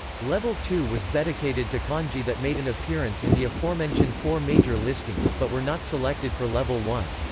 level two was dedicated to kanji that made an appearance in the aforementioned four major listings but were not selected for level one.